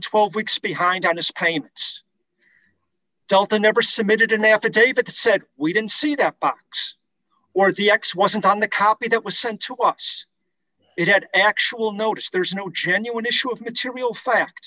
twelve weeks behind on his payments delta never submitted an affidavit the said we didn't see that box or the x wasn't on the copy that was sent to us it had actual notice there's no genuine issue of material fact